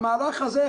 המהלך הזה,